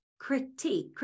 critique